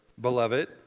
beloved